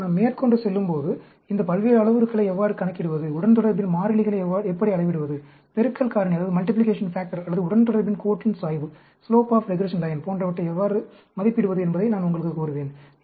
மேலும் நாம் மேற்கொண்டு செல்லும்போது இந்த பல்வேறு அளவுருக்களை எவ்வாறு கணக்கிடுவது உடன்தொடர்பின் மாறிலிகளை எப்படி அளவிடுவது பெருக்கல் காரணி அல்லது உடன்தொடர்பு கோட்டின் சாய்வு போன்றவற்றை எவ்வாறு மதிப்பிடுவது என்பதை நான் உங்களுக்கு கூறுவேன்